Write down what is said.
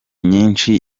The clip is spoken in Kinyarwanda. nyinshi